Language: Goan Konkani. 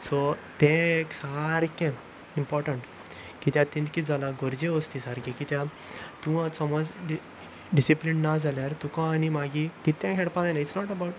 सो तें एक सारकें इम्पोटंट कित्याक तांचें किदें जालां गरजे वस्त सारकी कित्याक तूं आतां समज डिसिप्लीन ना जाल्यार तुका आनी मागीर कितें खेळपा जायना इट्स नॉट अबावट